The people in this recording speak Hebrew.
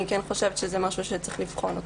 אני חושבת שזה משהו שצריך לבחון אותו.